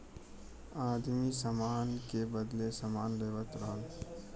आदमी सामान के बदले सामान लेवत रहल